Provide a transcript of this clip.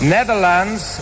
Netherlands